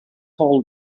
call